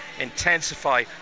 intensify